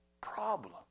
problem